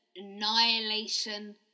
annihilation